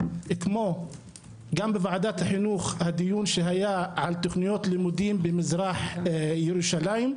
כמו גם בוועדת החינוך הדיון שהיה על תוכניות לימודים במזרח ירושלים,